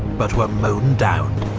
but were mown down.